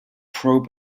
pro